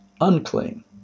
unclean